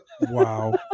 Wow